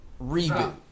Reboot